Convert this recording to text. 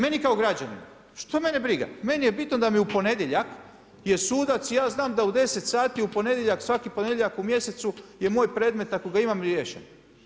Meni kao građaninu, što mene briga, meni je bitno da mi u ponedjeljak je sudac, ja znam da 10 sati svaki ponedjeljak u mjesecu je moj predmet, ako ga imam, riješen.